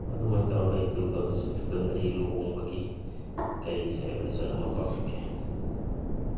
ꯑꯗꯨꯃꯥꯏꯅ ꯇꯧꯔꯒ ꯑꯩ ꯇꯨ ꯊꯥꯎꯖꯟ ꯁꯤꯛꯁꯇꯤꯟꯗ ꯑꯩ ꯂꯨꯍꯣꯡꯕꯒꯤ ꯀꯔꯤ ꯁꯦꯂꯦꯕ꯭ꯔꯦꯁꯟ ꯑꯃ ꯄꯥꯡꯊꯣꯛꯈꯤ